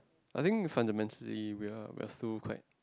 I think fundamentally we are we are still quite